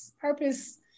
purpose